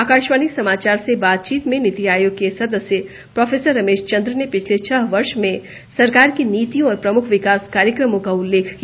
आकाशवाणी समाचार से बातचीत में नीति आयोग के सदस्य प्रोफेसर रमेश चंद ने पिछले छह वर्ष में सरकार की नीतियों और प्रमुख विकास कार्यक्रमों का उल्लेख किया